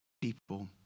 people